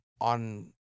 on